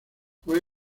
fue